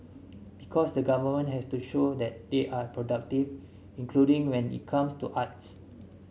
because the government has to show that they are productive including when it comes to arts